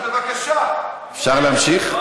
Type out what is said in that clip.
אפשר להמשיך?